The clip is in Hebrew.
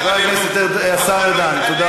אף אחד לא